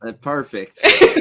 Perfect